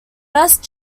best